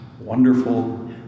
wonderful